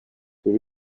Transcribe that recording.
three